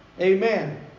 Amen